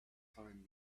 time